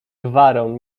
gwarą